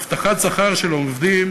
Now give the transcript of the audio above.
הבטחת שכר של עובדים